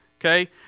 okay